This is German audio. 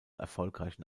erfolgreichen